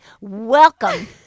welcome